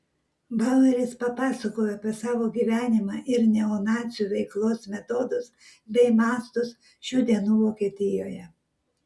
baueris papasakojo apie savo gyvenimą ir neonacių veiklos metodus bei mastus šių dienų vokietijoje